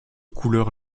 couleur